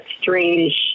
strange